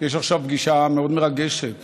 יש עכשיו פגישה מאוד מרגשת